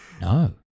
no